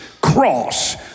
cross